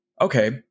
okay